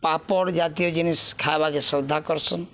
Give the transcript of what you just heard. ପାପଡ଼୍ ଜାତୀୟ ଜିନିଷ୍ ଖାଏବାକେ ଶ୍ରଦ୍ଧା କର୍ସନ୍